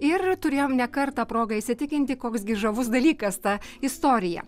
ir turėjom ne kartą progą įsitikinti koks gi žavus dalykas ta istorija